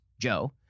Joe